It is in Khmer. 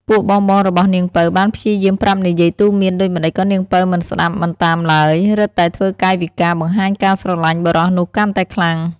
ពួកបងៗរបស់នាងពៅបានព្យាយាមប្រាប់និយាយទូន្មានដូចម្ដេចក៏នាងពៅមិនស្ដាប់មិនតាមឡើយ រឹតតែធ្វើកាយវិការបង្ហាញការស្រឡាញ់បុរសនោះកាន់តែខ្លាំង។